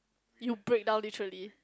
you break down this actually